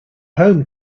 home